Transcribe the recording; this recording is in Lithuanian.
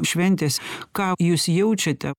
šventės ką jūs jaučiate